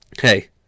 hey